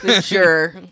Sure